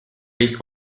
kõik